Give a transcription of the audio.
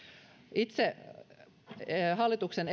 itse hallituksen